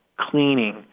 cleaning